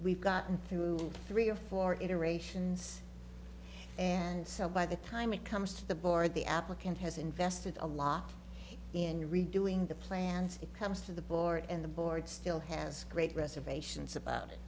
we've gotten through three or four iterations and so by the time it comes to the board the applicant has invested a lot in redoing the plans it comes to the board and the board still has great reservations about it